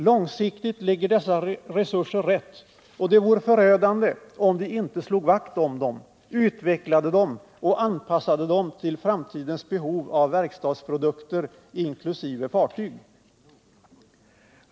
Långsiktigt ligger dessa resurser rätt och det vore förödande om vi inte slog vakt om dom, utvecklade dom och anpassade dom till framtidens behov av verkstadsprodukter inklusive fartyg.